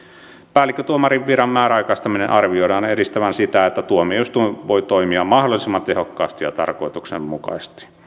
päällikkötuomarin viran määräaikaistamisen arvioidaan edistävän sitä että tuomioistuin voi toimia mahdollisimman tehokkaasti ja tarkoituksenmukaisesti